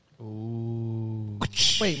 Wait